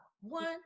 One